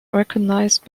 recognized